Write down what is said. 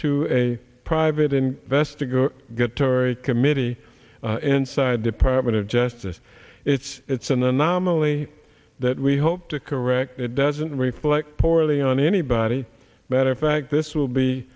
to a private investigator get torey committee inside department of justice it's it's an anomaly that we hope to correct it doesn't reflect poorly on anybody better fact this will be